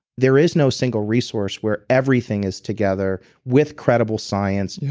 there is no single resource where everything is together with credible science, yeah